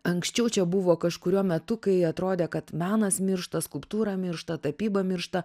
anksčiau čia buvo kažkuriuo metu kai atrodė kad menas miršta skulptūra miršta tapyba miršta